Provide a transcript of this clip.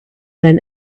then